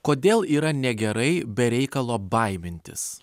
kodėl yra negerai be reikalo baimintis